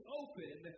open